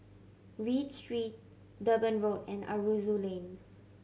Read Street Durban Road and Aroozoo Lane